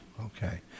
Okay